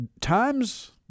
times